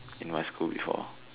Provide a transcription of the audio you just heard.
in my school before